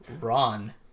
Ron